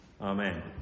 Amen